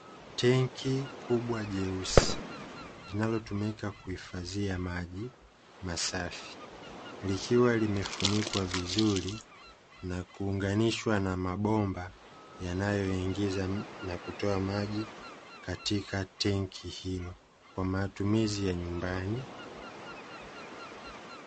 Tenki kubwa jeusi linalotumika kuhifadhia maji masafi, likiwa limefunikwa vizuri na kuunganishwa na mabomba yanayoingiza na kutoa maji katika tenki hilo, kwa matumizi ya nyumbani.